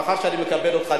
מאחר שאני מקבל אותך,